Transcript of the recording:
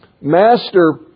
Master